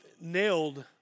nailed